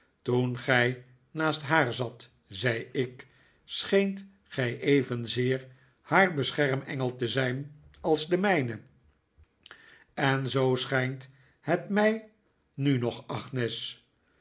toen gij naast haar zat zei ik scheent gij evenzeer haar beschermengel te zijn als de mijne en zoo schijnt het mij nu nog agnes